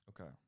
Okay